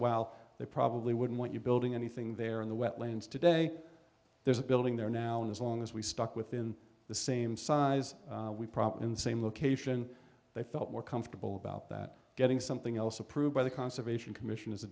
while they probably wouldn't want you building anything there in the wetlands today there's a building there now and as long as we stuck within the same size we probably in the same location they felt more comfortable about that getting something else approved by the conservation commission is